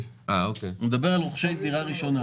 הוא מדבר על רוכשי דירה ראשונה.